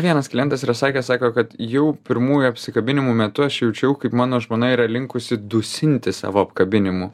vienas klientas yra sakęs sako kad jau pirmųjų apsikabinimų metu aš jaučiau kaip mano žmona yra linkusi dusinti savo apkabinimu